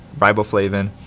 riboflavin